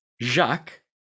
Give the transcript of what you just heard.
jacques